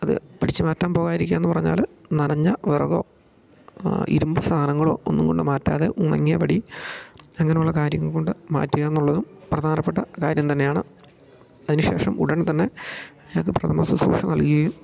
അത് പിടിച്ചു മാറ്റാൻ പോകാതിരിക്കുക എന്നു പറഞ്ഞാൽ നനഞ്ഞ വിറകോ ഇരുമ്പ് സാധനങ്ങളോ ഒന്നും കൊണ്ട് മാറ്റാതെ ഉണങ്ങിയ വടി അങ്ങനെയുള്ള കാര്യങ്ങൾ കൊണ്ട് മാറ്റുക എന്നുള്ളതും പ്രധാനപ്പെട്ട കാര്യം തന്നെയാണ് അതിനു ശേഷം ഉടൻ തന്നെ അയാൾക്ക് പ്രഥമ ശുശ്രുഷ നൽകുകയും